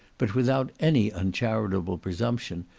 but, without any uncharitable presumption,